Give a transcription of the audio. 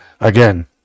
again